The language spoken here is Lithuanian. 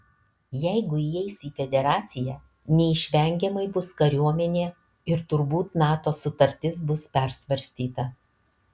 jeigu įeis į federaciją neišvengiamai bus kariuomenė ir turbūt nato sutartis bus persvarstyta